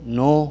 no